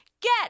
Get